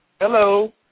Hello